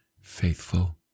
faithful